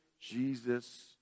Jesus